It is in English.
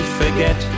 forget